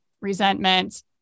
resentment